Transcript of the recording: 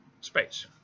space